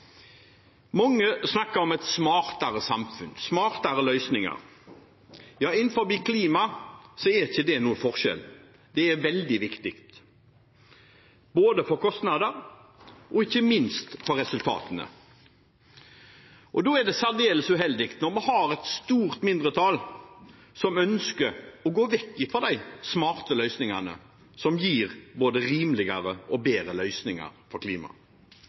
Mange snakker om et smartere samfunn og smartere løsninger. Ja, innenfor klima er det ikke noe annerledes: Det er veldig viktig, både for kostnader og ikke minst for resultater. Da er det særdeles uheldig at vi har et stort mindretall som ønsker å gå vekk fra de smarte løsningene, som gir både rimeligere og bedre løsninger for klimaet.